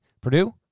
Purdue